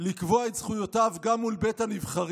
לקבוע את זכויותיו גם מול בית הנבחרים,